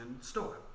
Store